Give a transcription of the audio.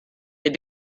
they